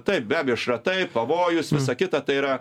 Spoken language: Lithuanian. taip be abejo šratai pavojus visa kita tai yra